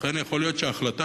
לכן יכול להיות שההחלטה,